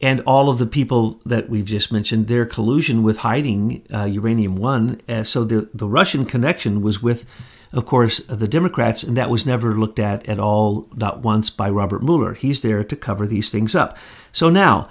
and all of the people that we've just mentioned there collusion with hiding uranium one so the russian connection was with of course the democrats and that was never looked at at all not once by robert mueller he's there to cover these things up so now